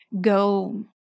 go